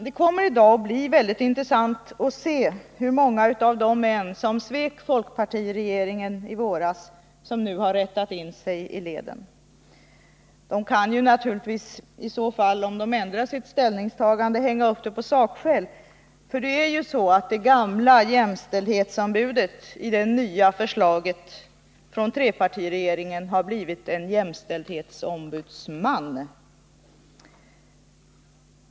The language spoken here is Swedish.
Det kommer i dag att bli mycket intressant att se hur många av de män som svek folkpartiregeringen i våras som nu har rättat in sig i leden. De kan ju naturligtvis i så fall, om de ändrar sitt ställningstagande, hänga upp det på sakskäl, för det är ju så att det gamla jämställdhetsombudet i det nya förslaget från trepartiregeringen har blivit en jämställdhetsombudsman.